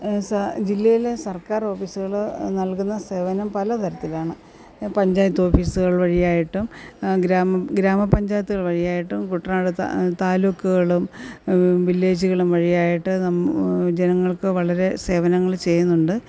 ജില്ലയിലെ സർക്കാർ ഓഫീസുകൾ നൽകുന്ന സേവനം പല തരത്തിലാണ് പഞ്ചായത്ത് ഓഫീസുകൾ വഴിയായിട്ടും ഗ്രാമ ഗ്രാമപഞ്ചായത്തുകൾ വഴിയായിട്ടും കുട്ടനാട് താലൂക്കുകളും വില്ലേജുകളും വഴിയായിട്ട് ജനങ്ങൾക്ക് വളരെ സേവനങ്ങൾ ചെയ്യുന്നുണ്ട്